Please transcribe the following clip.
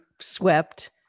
swept